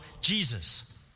Jesus